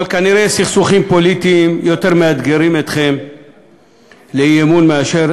אבל כנראה סכסוכים פוליטיים יותר מאתגרים אתכם לאי-אמון מאשר